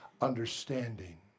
understanding